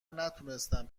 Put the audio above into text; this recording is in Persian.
نتونستم